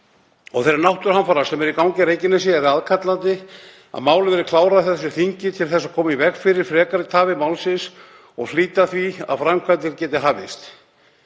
og þeirra náttúruhamfara sem eru í gangi á Reykjanesi er aðkallandi að málið verði klárað á þessu þingi til þess að koma í veg fyrir frekari tafir málsins og flýta því að framkvæmdir geti hafist.